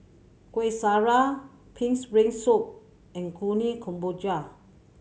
Kueh Syara Pig's Brain Soup and Kuih Kemboja